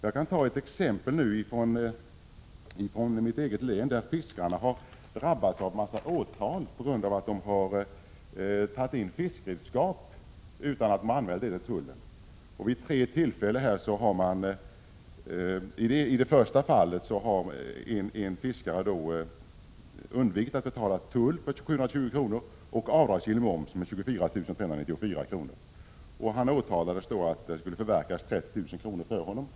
Jag kan ta ett exempel från mitt eget län, där fiskare har drabbats av en massa åtal på grund av att de har tagit in fiskeredskap utan att anmäla det till tullen. I det första fallet har en fiskare undvikit att betala tull på 720 kr. och avdragsgill moms på 24 594 kr. Han åtalades, med ett yrkande om att 30 000 kr. skulle förverkas.